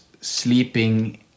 sleeping